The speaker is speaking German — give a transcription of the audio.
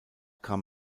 kam